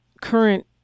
current